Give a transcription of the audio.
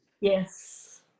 yes